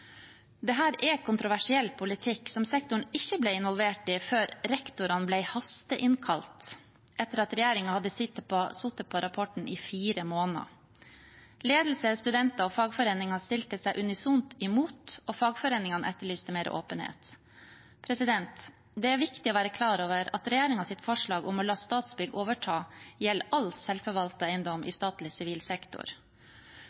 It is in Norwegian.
er kontroversiell politikk som sektoren ikke ble involvert i før rektorene ble hasteinnkalt etter at regjeringen hadde sittet på rapporten i fire måneder. Ledelse, studenter og fagforeninger stilte seg unisont imot, og fagforeningene etterlyste mer åpenhet. Det er viktig å være klar over at regjeringens forslag om å la Statsbygg overta gjelder all selvforvaltet eiendom i